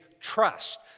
trust